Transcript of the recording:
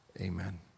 amen